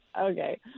Okay